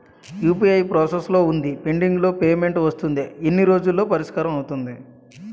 UPI process లో వుంది pending payment వస్తుంది ఎన్ని రోజుల్లో పరిష్కారం అవుతుంది